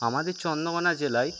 আমাদের চন্দ্রকোনা জেলায়